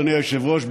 אדוני היושב-ראש,